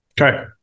Okay